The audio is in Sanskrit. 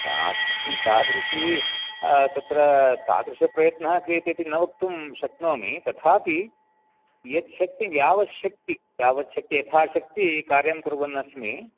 तादृशी तादृशी तत्र तादृशप्रयत्नः क्रियते इति न वक्तुं शक्नोमि तथापि यच्छक्ति यावत् शक्ति यावत् शक्ति यथाशक्ति कार्यं कुर्वन्नस्मि